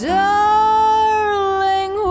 darling